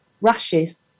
rashes